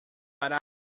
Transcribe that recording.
para